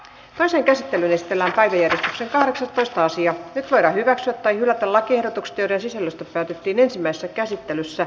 osan käsittelylistalla kai virtasen kahdeksantoista nyt voidaan hyväksyä tai hylätä lakiehdotukset joiden sisällöstä päätettiin ensimmäisessä käsittelyssä